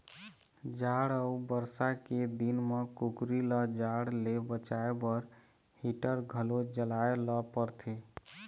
जाड़ अउ बरसा के दिन म कुकरी ल जाड़ ले बचाए बर हीटर घलो जलाए ल परथे